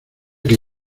que